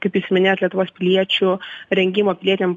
kaip jūs minėjot lietuvos piliečių rengimo pilietiniam